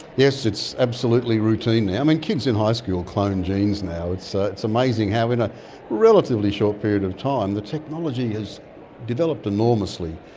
yes, it's absolutely routine now. um and kids in high school clone genes now. it's ah it's amazing how in a relatively short period of time the technology has developed enormously.